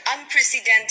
unprecedented